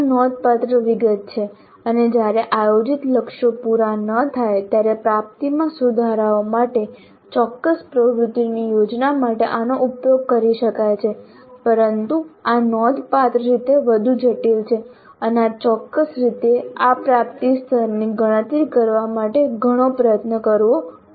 આ નોંધપાત્ર વિગત છે અને જ્યારે આયોજિત લક્ષ્યો પૂરા ન થાય ત્યારે પ્રાપ્તિમાં સુધારાઓ માટે ચોક્કસ પ્રવૃત્તિઓની યોજના માટે આનો ઉપયોગ કરી શકાય છે પરંતુ આ નોંધપાત્ર રીતે વધુ જટિલ છે અને આ ચોક્કસ રીતે આ પ્રાપ્તિ સ્તરની ગણતરી કરવા માટે ઘણો પ્રયત્ન કરવો પડી શકે છે